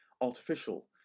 artificial